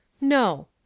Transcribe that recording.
No